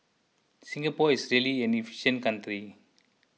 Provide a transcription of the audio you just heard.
Singapore is really an efficient country